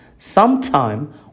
Sometime